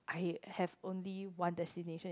I have only one destination